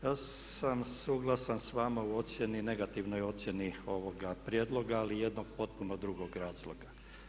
Ja sam suglasan s vama u ocjeni, negativnoj ocjeni ovoga prijedloga li iz jednog potpuno drugog razloga.